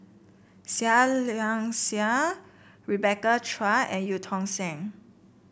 Seah Liang Seah Rebecca Chua and Eu Tong Sen